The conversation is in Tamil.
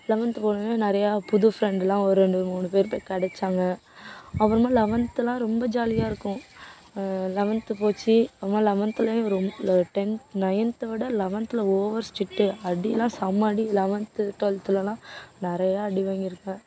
லெவன்த்து போனவொடனே நிறையா புது ஃப்ரெண்டுலாம் ஒரு ரெண்டு மூணு பேர் கிடைச்சாங்க அப்புறமேல் லெவன்த்துலாம் ரொம்ப ஜாலியாக இருக்கும் லெவன்த்து போச்சு அப்புறமா லெவன்த்துலேயும் டென்த் நைன்த்தோட லெவன்த்தில் ஓவர் ஸ்ட்ரிட்டு அடிலாம் செம அடி லெவன்த்து டுவெல்த்துலேலாம் நிறையா அடி வாங்கியிருக்கேன்